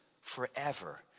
forever